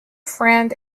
friend